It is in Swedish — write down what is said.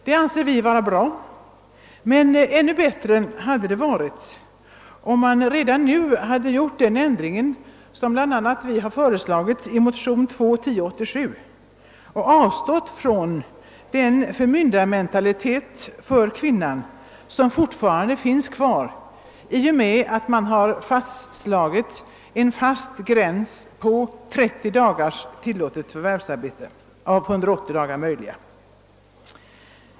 Det anser vi vara bra, men ännu bättre hade det varit om man redan nu hade gjort den ändring som vi har föreslagit i motion II:1087 och avstått från den förmyndarmentalitet gentemot kvinnan som fortfarande finns kvar i och med att man har föreslagit en fast gräns vid 30 dagars tillåtet förvärvsarbete av 180 dagar.